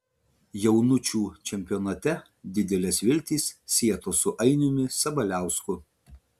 jaunučių čempionate didelės viltys sietos su ainiumi sabaliausku